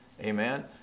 Amen